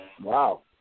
Wow